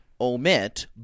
omit